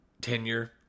tenure